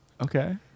Okay